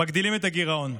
מגדילים את הגירעון.